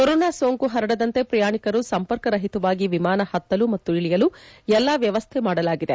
corona ಸೋಂಕು ಪರಡದಂತೆ ಪ್ರಯಾಣಿಕರು ಸಂಪರ್ಕರಹಿತವಾಗಿ ವಿಮಾನ ಪತ್ತಲು ಮತ್ತು ಇಳಿಯಲು ಎಲ್ಲಾ ವ್ಲವಸ್ಸೆ ಮಾಡಲಾಗಿದೆ